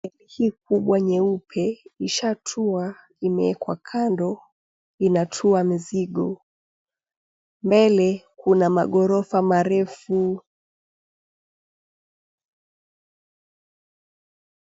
Meli hii kubwa nyeupe ishaatua, imewekwa kando inatua mizigo. Mbele kuna magorofa marefu.